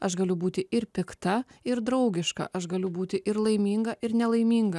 aš galiu būti ir pikta ir draugiška aš galiu būti ir laiminga ir nelaiminga